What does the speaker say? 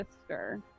sister